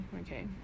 Okay